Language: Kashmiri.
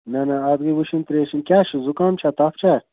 نہَ نہَ اتھ گٔے وُشِنۍ ترٛیش چیٚنۍ کیٛاہ چھُو زُکام چھا تپھ چھا